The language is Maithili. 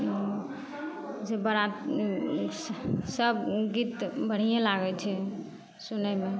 जे बरा सब गीत बढ़ियें लागय छै सुनयमे